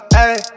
Hey